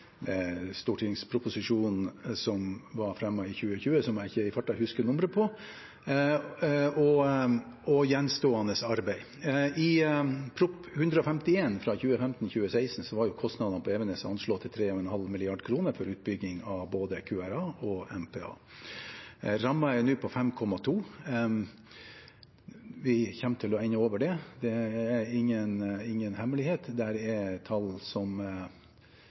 stortingsproposisjonen som ble fremmet i 2020, som jeg i farten ikke husker nummeret på, og gjenstående arbeid. I Prop. 151 S for 2015–2016 var kostnadene på Evenes anslått til 3,5 mrd. kr til utbygging for både QRA og MPA. Rammen er nå på 5,2 mrd. kr. Vi kommer til å ende over det, det er ingen hemmelighet. Det er tall